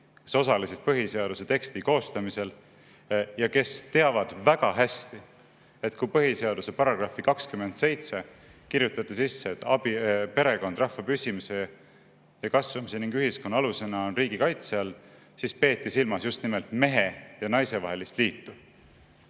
osalesid põhiseaduse teksti koostamisel ja kes teavad väga hästi, et kui põhiseaduse § 27 kirjutati sisse, et perekond rahva püsimise ja kasvamise ning ühiskonna alusena on riigi kaitse all, siis peeti silmas just nimelt mehe ja naise vahelist liitu